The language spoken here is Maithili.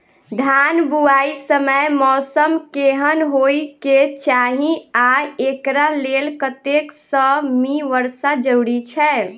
धान बुआई समय मौसम केहन होइ केँ चाहि आ एकरा लेल कतेक सँ मी वर्षा जरूरी छै?